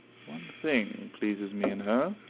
one thing pleases me in her.